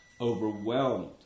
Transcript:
overwhelmed